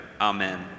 Amen